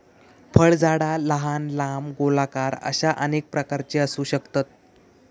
फळझाडा लहान, लांब, गोलाकार अश्या अनेक प्रकारची असू शकतत